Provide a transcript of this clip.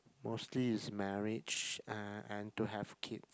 mostly is marriage uh and to have kids